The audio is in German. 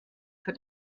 für